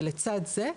ולצד זה,